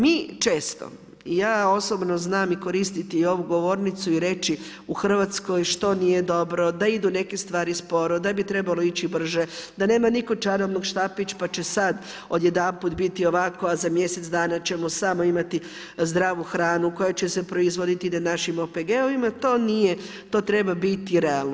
Mi često i ja osobno znam i koristiti i ovu govornicu i reći u Hrvatskoj, što nije dobro, da idu neke stvari sporo, da bi trebalo ići brže, da nema nitko čarobni štapić, pa će sada odjedanput biti ovako, a za mjesec dana ćemo samo imati zdravu hranu koja će se proizvoditi na našim OPG-ovima, to treba biti realno.